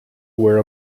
wear